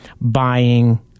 buying